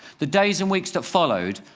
the days and weeks that followed,